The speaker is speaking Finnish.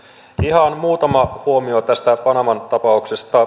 ihan muutama huomio tästä panaman tapauksesta